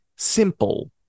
simple